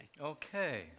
Okay